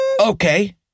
Okay